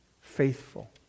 faithful